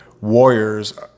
Warriors